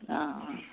অঁ অঁ